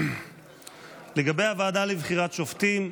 לגבי הוועדה לבחירת שופטים,